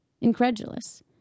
incredulous